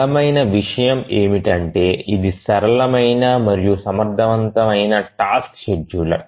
బలమైన విషయం ఏమిటంటే ఇది సరళమైన మరియు సమర్థవంతమైన టాస్క్ షెడ్యూలర్